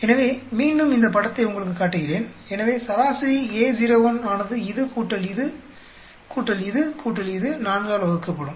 எனவே மீண்டும் இந்த படத்தை உங்களுக்குக் காட்டுகிறேன் எனவே சராசரி A0 ஆனது இது கூட்டல் இது கூட்டல் இது கூட்டல் இது 4 ஆல் வகுக்கப்படும்